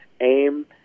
aim